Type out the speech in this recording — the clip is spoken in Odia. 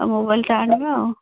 ଆଉ ମୋବାଇଲଟା ଆଣିବା ଆଉ